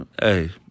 hey